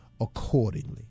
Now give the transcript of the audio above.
accordingly